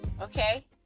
okay